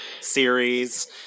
series